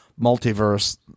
multiverse